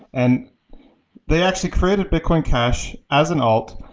and they actually created bitcion cash as an alt,